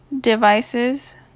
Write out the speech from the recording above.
devices